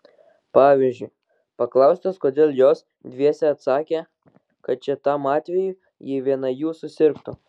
pavyzdžiui paklaustos kodėl jos dviese atsakė kad čia tam atvejui jei viena jų susirgtų